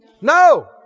No